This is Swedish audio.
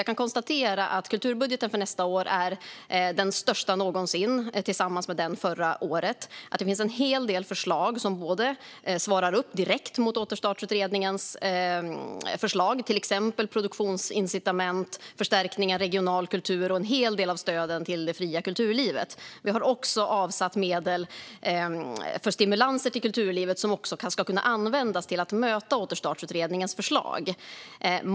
Jag kan konstatera att kulturbudgeten för nästa år är den största någonsin tillsammans med förra årets och att det finns en hel del förslag som svarar upp direkt mot Återstartsutredningens förslag, till exempel produktionsincitament, förstärkningar av regional kultur och en hel del av stöden till det fria kulturlivet. Vi har också avsatt medel för stimulanser till kulturlivet som även de ska kunna användas till att möta Återstartsutredningens förslag.